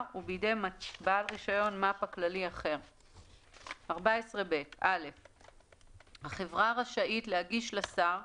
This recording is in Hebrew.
ובידי בעל רישיון מפ"א כללי אחר 14ב. (א)החברה רשאית להגיש לשר,